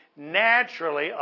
naturally